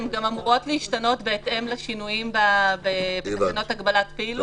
הן גם אמורות להשתנות בהתאם לשינויים מבחינת הגבלת פעילות.